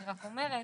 אני רק אומרת